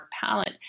palette